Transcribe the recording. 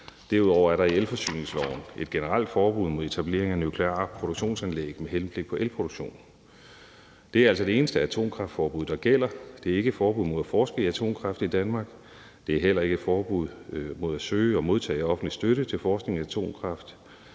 Derudover er der i elforsyningsloven et generelt forbud mod etablering af nukleare produktionsanlæg med henblik på elproduktion. Det er altså det eneste atomkraftforbud, der gælder. Det er ikke et forbud mod at forske i atomkraft i Danmark. Det er heller ikke et forbud mod at søge og modtage offentlig støtte til forskning i atomkraft.